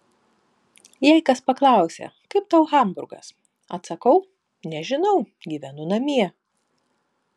jei kas paklausia kaip tau hamburgas atsakau nežinau gyvenu namie